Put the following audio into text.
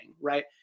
Right